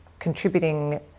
contributing